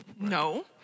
No